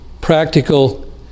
practical